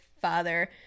father